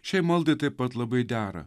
šiai maldai taip pat labai dera